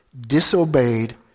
disobeyed